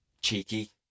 cheeky